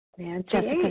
Jessica